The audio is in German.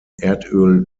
erdöl